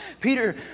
Peter